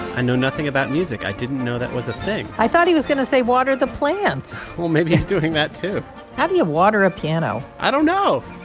i know nothing about music. i didn't know that was a thing i thought he was going to say water the plants well, maybe he's doing that, too how do you water a piano? i don't know.